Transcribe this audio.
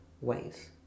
ways